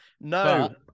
no